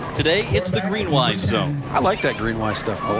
today it's the green wise zone. i like that green wise stuff.